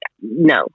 no